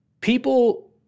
people